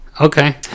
Okay